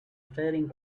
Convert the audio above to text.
staring